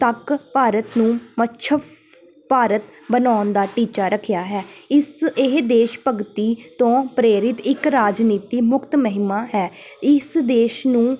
ਤੱਕ ਭਾਰਤ ਨੂੰ ਮੱਛਫ ਭਾਰਤ ਬਣਾਉਣ ਦਾ ਟੀਚਾ ਰੱਖਿਆ ਹੈ ਇਸ ਇਹ ਦੇਸ਼ ਭਗਤੀ ਤੋਂ ਪ੍ਰੇਰਿਤ ਇੱਕ ਰਾਜਨੀਤੀ ਮੁਕਤ ਮੁਹਿੰਮ ਹੈ ਇਸ ਦੇਸ਼ ਨੂੰ